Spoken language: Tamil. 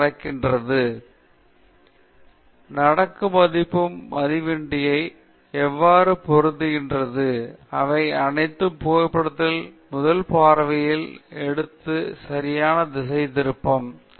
இந்த முன் நீங்கள் இந்த சைக்கிள் வைத்து இருந்தால் மற்றும் நீங்கள் இந்த புகைப்படம் எடுத்து அந்த குவளை சைக்கிள் தொடர்பான இந்த நடப்பு மதிப்பு இந்த மிதிவண்டிக்கு எவ்வாறு பொருந்துகிறது இவை அனைத்தும் புகைப்படத்தில் முதல் பார்வையை எடுக்கும் ஒருவர் சரியான திசைதிருப்பலாம்